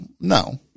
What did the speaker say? No